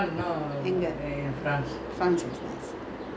so we try to settle down for sydney